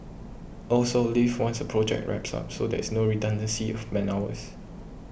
also leave once a project wraps up so there is no redundancy of man hours